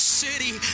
city